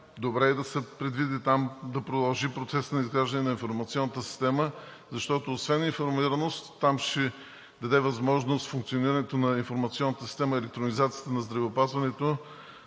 Добре е да се предвиди да продължи процесът на изграждане на информационната система, защото освен информираност, функционирането на информационната система и електронизацията на здравеопазването